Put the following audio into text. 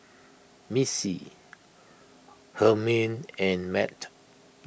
Missy Hermine and Mat